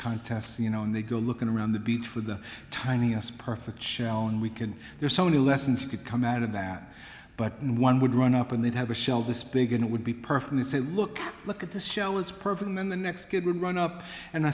contests you know and they go looking around the beach for the tiniest perfect shell and we can there's so many lessons to come out of that but one would run up and they'd have a shell this big and it would be perfectly say look look at this show it's perfect then the next kid would run up and